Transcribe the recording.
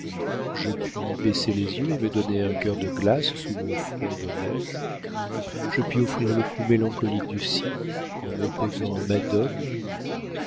je puis baisser les yeux et me donner un cœur de glace sous mon front de neige je puis offrir le cou mélancolique du cygne en me posant en madone